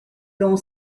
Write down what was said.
l’on